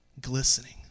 glistening